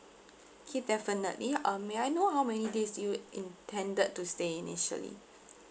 K definitely um may I know how many days you intended to stay initially